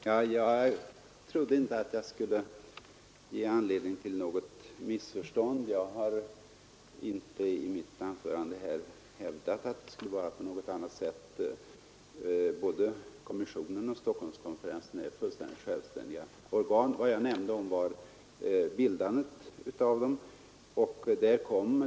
Herr talman! Jag trodde inte att mitt anförande skulle ge anledning till något missförstånd. Jag har inte hävdat att det skulle vara på något annat sätt än fru Dahl säger. Både kommissionen och Stockholmskonferensen är fullständigt självständiga organ. Vad jag nämnde var bildandet av dem.